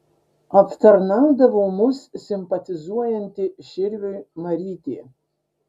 aptarnaudavo mus simpatizuojanti širviui marytė